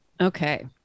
okay